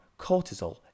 cortisol